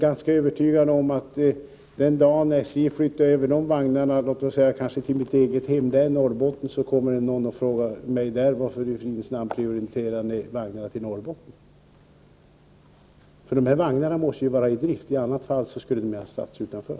Jag är övertygad om, att om SJ flyttar över de vagnarna till låt oss säga mitt eget hemlän, Norrbotten, kommer det någon därifrån och frågar mig varför i fridens namn man sätter in dem där. De här vagnarna måste ju vara i drift — i annat fall skulle de ju ha ställts utanför.